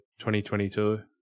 2022